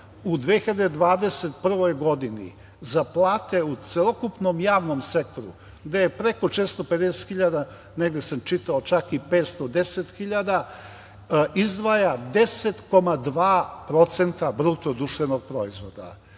u 2021. godini za plate u celokupnom javnom sektoru, gde je preko 450.000, negde sam čitao, čak i 510.000 izdvaja 10,2% BDP. To je malo